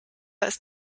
ist